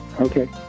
Okay